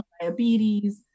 diabetes